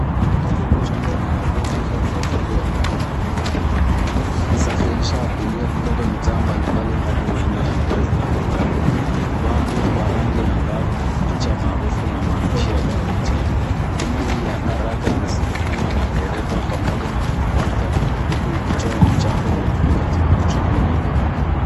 Matatu ni chombo maarufu cha usafiri wa umaa jijini Nairobi, ikisafirisha abiria kutoka mitaa mbalimbali hadi maeneo ya kazi na makazi. Kupambwa kwa rangi angavu, picha maarufu na maandishi ya kuvutia. Huduma hii ya haraka inasimamiwa na dereva pamoja wa conductor huku ikitoa mchango mkubwa katika uchumi wa jiji.